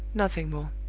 nothing more.